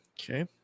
okay